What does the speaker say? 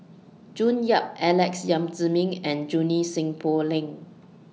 June Yap Alex Yam Ziming and Junie Sng Poh Leng